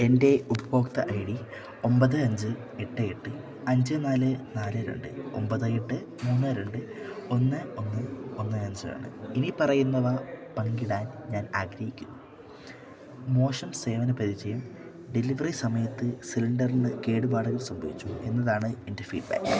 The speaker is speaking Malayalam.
എൻ്റെ ഉപഭോക്തൃ ഐ ഡി ഒമ്പത് അഞ്ച് എട്ട് എട്ട് അഞ്ച് നാല് നാല് രണ്ട് ഒമ്പത് എട്ട് മൂന്ന് രണ്ട് ഒന്ന് ഒന്ന് ഒന്ന് അഞ്ചാണ് ഇനിപ്പറയുന്നവ പങ്കിടാൻ ഞാൻ ആഗ്രഹിക്കുന്നു മോശം സേവന പരിചയം ഡെലിവറി സമയത്ത് സിലിണ്ടറിന് കേടുപാടുകൾ സംഭവിച്ചു എന്നതാണ് എൻ്റെ ഫീഡ്ബാക്ക്